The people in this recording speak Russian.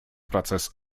процесс